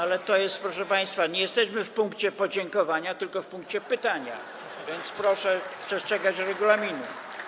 Ale proszę państwa, jesteśmy nie w punkcie „podziękowania”, tylko w punkcie „pytania”, więc proszę przestrzegać regulaminu.